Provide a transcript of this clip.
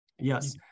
Yes